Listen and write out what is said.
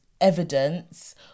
evidence